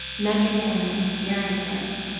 nudging him and scaring him.